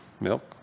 milk